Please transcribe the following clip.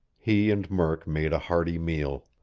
he and murk made a hearty meal.